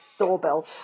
Doorbell